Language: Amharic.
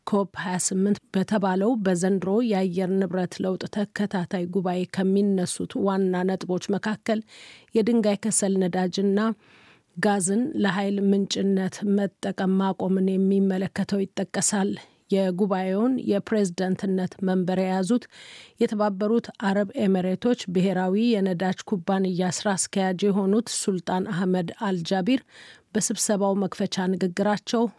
ኮፕ 28፣ በተባለው በዘንድሮ ያየር ንብረት ለውጥ ተከታታይ ጉባኤ ከሚነሱት ዋና ነጥቦች መካከል፣ የድንጋይ ከሰል ነዳጅና ጋዝን ለኃይል ምንጭነት መጠቀም ማቆምን የሚመለከተው ይጠቀሳል። የጉባኤውን የፕሬዝዳንትነት መንበር የያዙት የተባበሩት አረብ ኤምሬቶች ብሔራዊ የነዳጅ ኩባንያ ስራ አስኪያጅ የሆኑት ሱልጣን አህመድ አልጃቢር በስብሰባው መክፈቻ ንግግራቸው